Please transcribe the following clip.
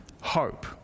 Hope